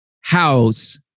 house